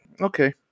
okay